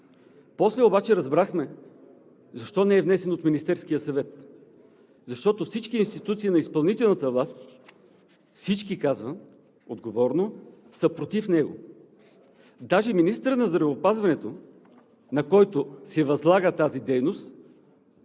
После обаче разбрахме защо не е внесен от Министерския съвет. Защото всички институции на изпълнителната власт, казвам отговорно всички, са против него. Даже и министърът на здравеопазването, на който се възлага тази дейност.